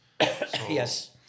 Yes